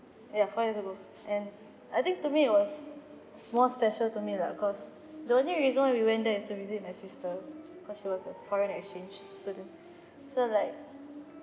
ya four years ago and I think to me it was more special to me lah cause the only reason why we went there is to visit my sister cause she was a foreign exchange student so like